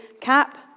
CAP